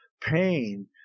pain